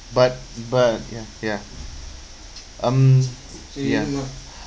but but ya ya mm ya